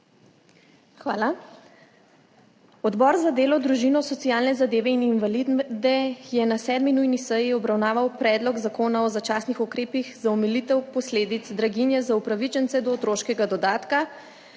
Hvala. Odbor za delo, družino, socialne zadeve in invalide je na 7. nujni seji obravnaval Predlog zakona o začasnih ukrepih za omilitev posledic draginje za upravičence do otroškega dodatka,